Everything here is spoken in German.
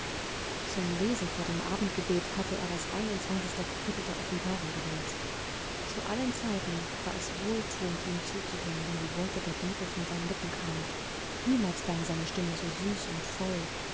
zum lesen vor dem abendgebet hatte er das einundzwanzigstes kapitel der offenbarung gewählt zu allen zeiten war es wohlthuend ihm zuzuhören wenn die worte der bibel von seinen lippen kamen niemals klang seine stimme so süß und voll